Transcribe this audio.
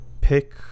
pick